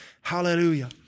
hallelujah